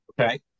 Okay